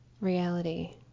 reality